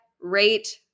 rate